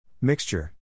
Mixture